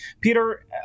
Peter